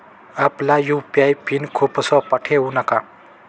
आपला UPI pin खूप सोपा ठेवू नका